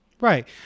Right